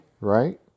right